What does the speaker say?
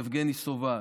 יבגני סובה,